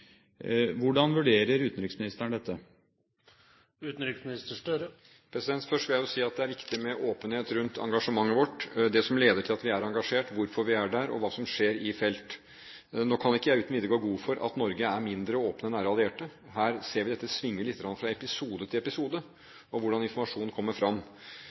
Hvordan vurderer utenriksministeren dette? Først vil jeg jo si at det er viktig med åpenhet rundt engasjementet vårt – det som leder til at vi er engasjert, hvorfor vi er der, og hva som skjer i felt. Nå kan ikke jeg uten videre gå god for at vi i Norge er mindre åpne enn våre nære allierte. Her ser vi at det svinger litt fra episode til episode hvordan informasjonen kommer fram.